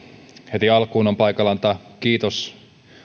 heti alkuun on paikallaan antaa kiitos